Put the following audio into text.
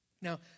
Now